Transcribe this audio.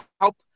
help